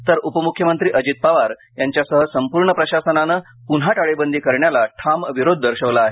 तर उपम्ख्यमंत्री अजित पवार यांच्यासह संपूर्ण प्रशासनानं प्न्हा टाळेबंदी करण्याला ठाम विरोध दर्शवला आहे